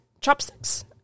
chopsticks